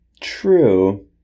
True